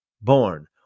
born